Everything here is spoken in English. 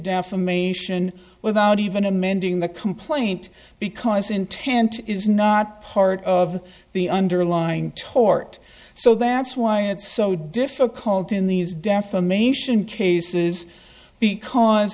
defamation without even amending the complaint because intent is not part of the underlying tort so that's why it's so difficult in these defamation cases because